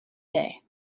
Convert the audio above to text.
day